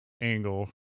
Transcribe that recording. angle